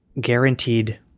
guaranteed